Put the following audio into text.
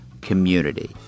community